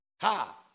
Ha